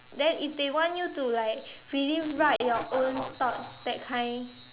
then if they want you to like really write your own thoughts that kind